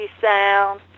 Sound